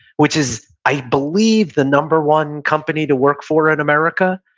which is, i believe, the number one company to work for in america,